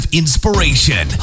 inspiration